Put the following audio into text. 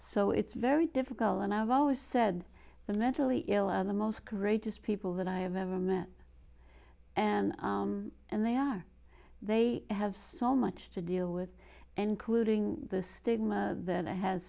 so it's very difficult and i've always said the mentally ill are the most courageous people that i have ever met and and they are they have so much to deal with and cooling the stigma that has